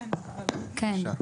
בבקשה.